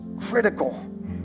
critical